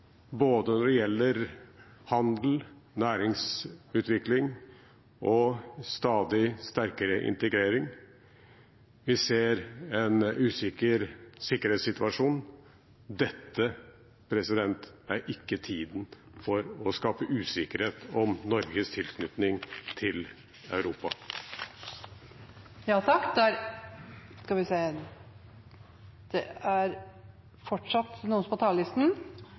både når det gjelder handel, næringsutvikling og en stadig sterkere integrering. Vi ser en usikker sikkerhetssituasjon. Dette er ikke tiden for å skape usikkerhet om Norges tilknytning til